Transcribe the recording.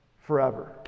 forever